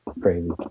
Crazy